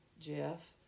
Jeff